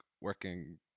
working